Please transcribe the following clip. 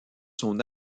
son